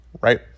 right